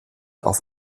auf